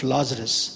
Lazarus